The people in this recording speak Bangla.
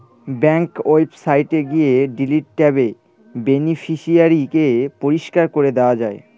ব্যাঙ্ক ওয়েবসাইটে গিয়ে ডিলিট ট্যাবে বেনিফিশিয়ারি কে পরিষ্কার করে দেওয়া যায়